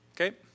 okay